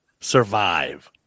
Survive